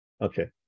Okay